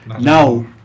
now